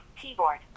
Keyboard